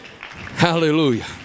Hallelujah